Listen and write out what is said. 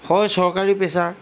হয় চৰকাৰী পেচাৰ